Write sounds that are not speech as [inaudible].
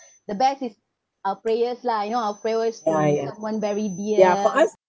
[breath] the best is our prayers lah you know are prayers from someone very dear